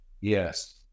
yes